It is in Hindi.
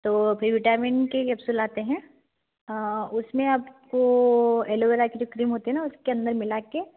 तो फिर विटामिन के कैप्सूल आते हैं उसमें आपको एलोवेरा की जो क्रीम होती है ना उसके अंदर मिला के